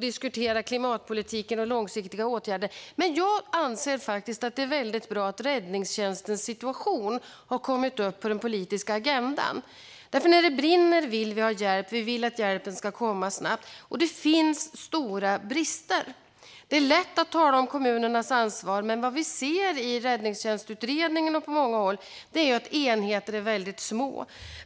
diskutera klimatpolitiken och långsiktiga åtgärder. Men jag anser att det är väldigt bra att räddningstjänstens situation har kommit upp på den politiska agendan, för när det brinner vill vi ha hjälp och att hjälpen ska komma snabbt. Och det finns stora brister. Det är lätt att tala om kommunernas ansvar, men vad vi ser i räddningstjänstutredningen och på många håll är att enheterna är väldigt små.